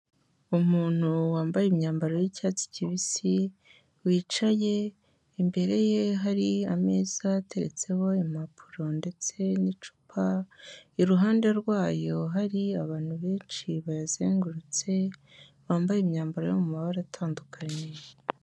Umuntu wambaye imyambaro y'icyatsi kibisi, wicaye, imbere ye hari ameza ateretseho impapuro ndetse n'icupa, iruhande rwayo hari abantu benshi bayazengurutse, bambaye imyambaro yo mabara atandukanye.